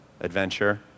adventure